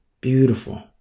Beautiful